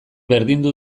berdindu